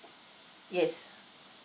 yes